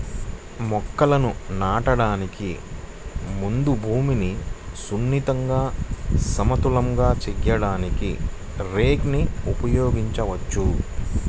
మొక్కలను నాటడానికి ముందు భూమిని సున్నితంగా, సమతలంగా చేయడానికి రేక్ ని ఉపయోగించవచ్చు